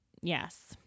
Yes